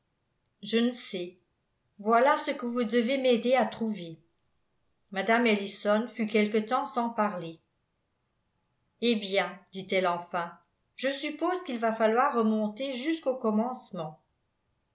je ne sais voilà ce que vous devez m'aider à trouver mme ellison fut quelque temps sans parler eh bien dit-elle enfin je suppose qu'il va falloir remonter jusqu'au commencement